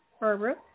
Barbara